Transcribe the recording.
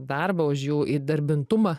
darbą už jų įdarbintumą